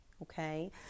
okay